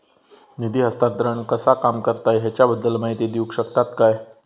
निधी हस्तांतरण कसा काम करता ह्याच्या बद्दल माहिती दिउक शकतात काय?